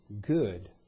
Good